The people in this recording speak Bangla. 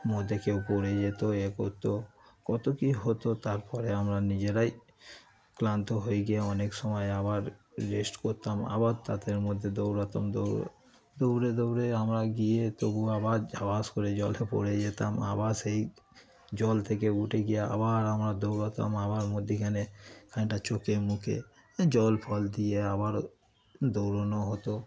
মধ্যে কেউ পড়ে যেত এ করত কত কী হতো তার পরে আমরা নিজেরাই ক্লান্ত হয়ে গিয়ে অনেক সময় আবার রেস্ট করতাম আবার তাদের মধ্যে দৌড়াতাম দৌড় দৌড়ে দৌড়ে আমরা গিয়ে তবু আবার ধপাস করে জলে পড়ে যেতাম আবার সেই জল থেকে উঠে গিয়ে আবার আমরা দৌড়াতাম আবার মধ্যিখানে খানিকটা চোখে মুখে জল ফল দিয়ে আবার দৌড়োনো হতো